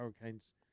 Hurricanes